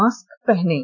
mask पहनें